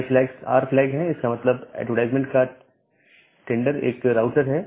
ये flags R flag है इसका मतलब है एडवर्टाइजमेंट का का टेंडर एक राउटर है